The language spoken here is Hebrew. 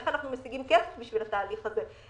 איך אנחנו משיגים כסף בשביל התהליך הזה,